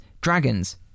dragons